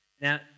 Now